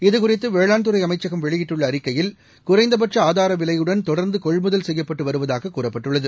இதுகுறித்து வேளாண்துறை அமைச்சகம் வெளியிட்டுள்ள அறிக்கையில் குறைந்தபட்ச ஆதார விலையுடன் தொடர்ந்து கொள்முதல் செய்யப்பட்டு வருவதாக கூறப்பட்டுள்ளது